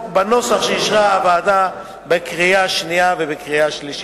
בנוסח שאישרה הוועדה בקריאה שנייה ובקריאה שלישית.